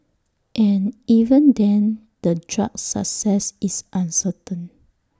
and even then the drug's success is uncertain